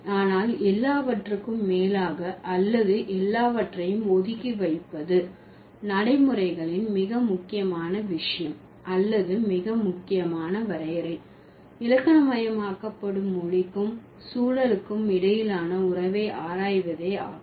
ஆனால் எல்லாவற்றுக்கும் மேலாக அல்லது எல்லாவற்றையும் ஒதுக்கி வைப்பது நடைமுறைகளின் மிக முக்கியமான விஷயம் அல்லது மிக முக்கியமான வரையறை இலக்கணமயமாக்கப்படும் மொழிக்கும் சூழலுக்கும் இடையிலான உறவை ஆராய்வதே ஆகும்